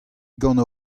gant